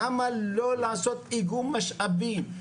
למה לא לעשות איגום משאבים,